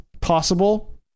possible